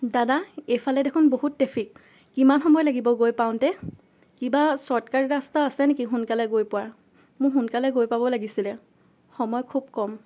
দাদা এইফালে দেখোন বহুত ট্ৰেফিক কিমান সময় লাগিব গৈ পাওঁতে কিবা চৰ্টকাট ৰাস্তা আছে নেকি সোনকালে গৈ পোৱাৰ মোৰ সোনকালে গৈ পাব লাগিছিলে সময় খুব কম